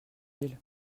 ils